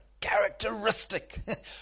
characteristic